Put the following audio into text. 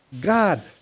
God